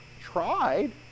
tried